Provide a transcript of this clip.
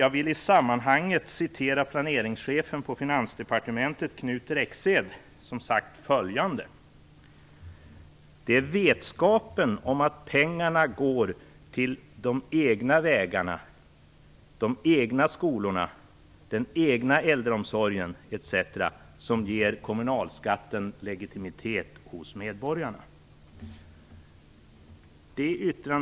Jag vill i sammanhanget citera planeringschefen på Finansdepartementet, Knut Rexed, som sagt följande: "Det är vetskapen om att pengarna går till de egna vägarna, de egna skolorna, den egna äldreomsorgen etc. som ger kommunalskatten legitimitet hos medborgarna." Fru talman!